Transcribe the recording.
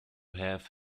have